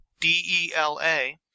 D-E-L-A